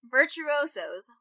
Virtuosos